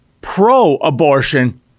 pro-abortion